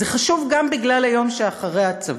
זה חשוב גם בגלל היום שאחרי הצבא.